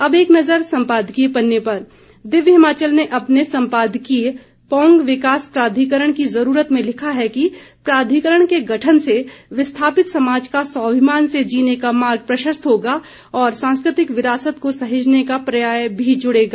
अब एक नज़र सम्पादकीय पन्ने पर दिव्य हिमाचल ने अपने सम्पादकीय पौंग विकास प्राधिकरण की जरूरत में लिखा है कि प्राधिकरण के गठन से विस्थापित समाज का स्वाभिमान से जीने का मार्ग प्रशस्त होगा और सांस्कृतिक विरासत को सहेजने का पर्याय भी जुड़ेगा